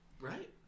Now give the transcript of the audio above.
Right